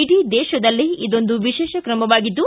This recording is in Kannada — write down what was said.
ಇಡೀ ದೇಶದಲ್ಲೇ ಇದೊಂದು ವಿಶೇಷ ಕ್ರಮವಾಗಿದ್ದು